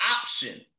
option